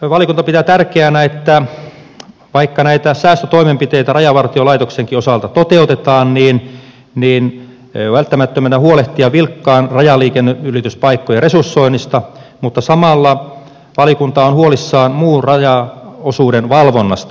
valiokunta pitää tärkeänä että vaikka näitä säästötoimenpiteitä rajavartiolaitoksenkin osalta toteutetaan niin on välttämätöntä huolehtia vilkkaiden rajanylityspaikkojen resursoinnista mutta samalla valiokunta on huolissaan muun rajaosuuden valvonnasta